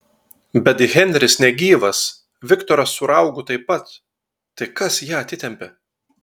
bet henris negyvas viktoras su raugu taip pat tai kas ją atsitempė